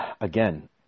again